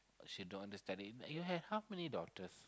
or she don't understand you have how many daughters